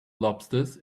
lobsters